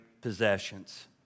possessions